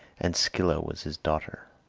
and scylla was his daughter.